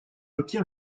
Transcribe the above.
obtient